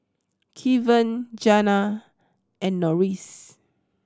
Keven Janna and Norris